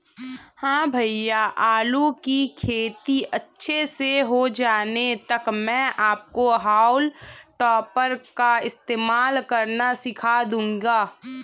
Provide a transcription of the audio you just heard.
हां भैया आलू की खेती अच्छे से हो जाने तक मैं आपको हाउल टॉपर का इस्तेमाल करना सिखा दूंगा